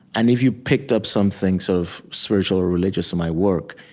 and if you picked up something sort of spiritual or religious in my work,